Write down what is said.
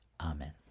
Amen